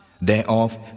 Thereof